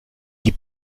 die